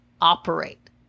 operate